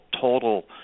total